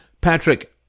Patrick